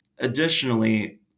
Additionally